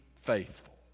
faithful